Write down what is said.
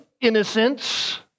innocence